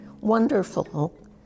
wonderful